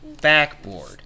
backboard